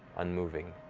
unmoving,